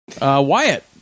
Wyatt